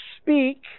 Speak